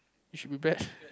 it should be bad